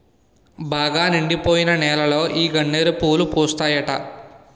బాగా నిండిపోయిన నేలలో ఈ గన్నేరు పూలు పూస్తాయట